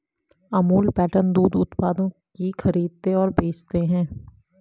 Amul pattern दूध उत्पादों की खरीदते और बेचते है